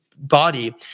body